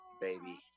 Baby